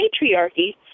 patriarchy